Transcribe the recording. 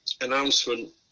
announcement